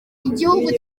igihugu